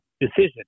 decision